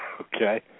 Okay